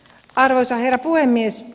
arvoisa herra puhemies